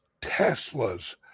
Tesla's